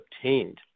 obtained